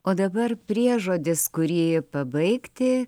o dabar priežodis kurį pabaigti